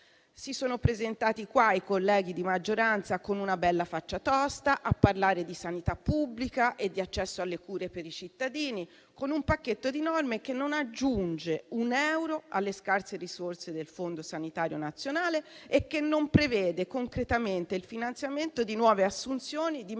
si sono presentati in questa sede con una bella faccia tosta a parlare di sanità pubblica e di accesso alle cure per i cittadini, con un pacchetto di norme che non aggiunge un euro alle scarse risorse del Fondo sanitario nazionale e che non prevede concretamente il finanziamento di nuove assunzioni di medici